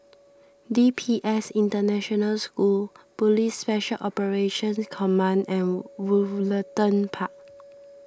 D P S International School Police Special Operations Command and Woollerton Park